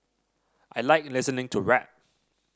I like listening to rap